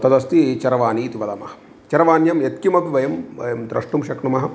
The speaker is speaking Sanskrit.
तदस्ति चरवाणीति वदामः चरवाण्यां यत्किमपि वयं वयं द्रष्टुं शक्नुमः